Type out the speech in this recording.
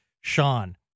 Sean